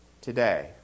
Today